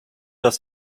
dass